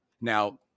Now